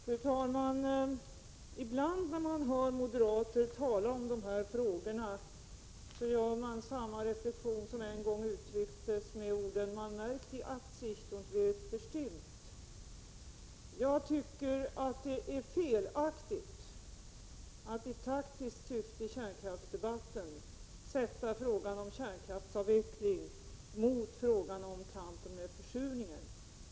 Fru talman! Ibland när man hör moderater tala om dessa frågor gör man samma reflexion som en gång uttrycktes med orden: ”Man merkt die Absicht und wird verstimmt.” Jag tycker det är felaktigt att i taktiskt syfte i kärnkraftsdebatten sätta frågan om kärnkraftsavveckling mot frågan om kampen mot försurningen.